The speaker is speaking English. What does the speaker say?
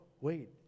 wait